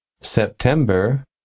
September